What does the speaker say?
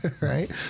Right